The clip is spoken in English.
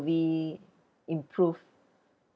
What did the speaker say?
improved